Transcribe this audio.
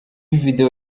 video